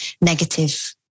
negative